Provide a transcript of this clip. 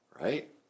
right